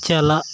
ᱪᱟᱞᱟᱜ